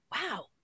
Wow